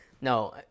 No